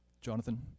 Jonathan